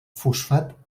fosfat